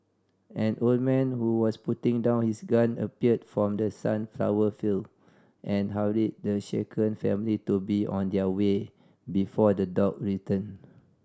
an old man who was putting down his gun appeared from the sunflower field and hurried the shaken family to be on their way before the dog return